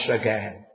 again